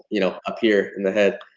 you know up here in the head.